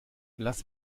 lass